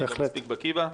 שאני לא מספיק בקי בה,